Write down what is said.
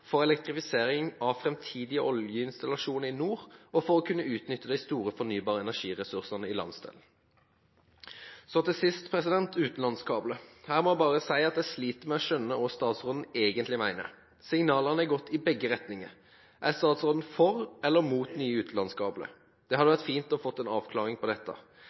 for elektrifisering av framtidige oljeinstallasjoner i nord, og for å kunne utnytte de store fornybare energiressursene i landsdelen. Så til sist utenlandskabler. Her må jeg bare si at jeg sliter med å skjønne hva statsråden egentlig mener. Signalene har gått i begge retninger. Er statsråden for eller mot nye utenlandskabler? Det hadde vært fint å få en avklaring på dette.